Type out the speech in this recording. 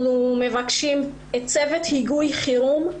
אנחנו מבקשים צוות היגוי חירום,